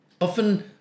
often